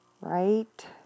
Right